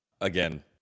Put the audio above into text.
Again